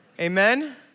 Amen